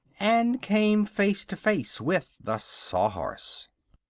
and came face to face with the sawhorse.